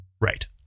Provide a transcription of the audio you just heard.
Right